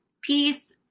Peace